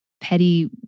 petty